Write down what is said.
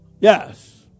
Yes